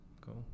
Cool